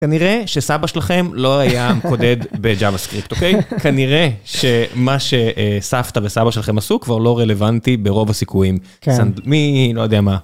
כנראה שסבא שלכם לא היה מקודד בג'אבהסקריפט, אוקיי? כנראה שמה שסבתא וסבא שלכם עשו כבר לא רלוונטי ברוב הסיכויים. כן. מי, לא יודע מה.